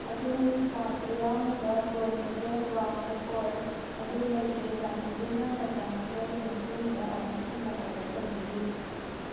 ꯑꯗꯣꯝꯒꯤ ꯀꯥꯔꯠꯇ ꯌꯥꯎꯔꯤꯕ ꯄ꯭ꯔꯣ ꯅꯦꯆꯔ ꯒ꯭ꯔꯥꯎꯟꯅꯠ ꯑꯣꯏꯜ ꯑꯗꯨ ꯂꯩꯇ꯭ꯔꯦ ꯆꯥꯟꯕꯤꯗꯨꯅ ꯃꯇꯝ ꯈꯔꯒꯤ ꯃꯇꯨꯡꯗ ꯑꯃꯨꯛ ꯍꯟꯅ ꯑꯣꯗꯔ ꯇꯧꯕꯤꯌꯨ